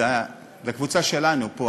זה הקבוצה שלנו פה,